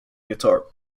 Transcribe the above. guitar